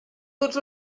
tots